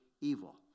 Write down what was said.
evil